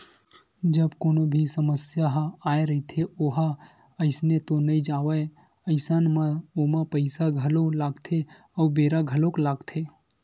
जब कोनो भी समस्या ह आय रहिथे ओहा अइसने तो नइ जावय अइसन म ओमा पइसा घलो लगथे अउ बेरा घलोक लगथे